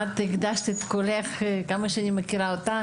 עד כמה שאני מכירה אותך,